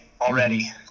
already